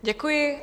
Děkuji.